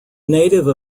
native